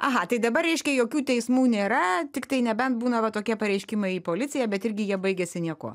aha tai dabar reiškia jokių teismų nėra tiktai nebent būna va tokie pareiškimai į policiją bet irgi jie baigėsi niekuo